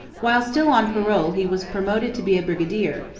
while still on parole he was promoted to be a brigadier,